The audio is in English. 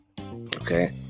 Okay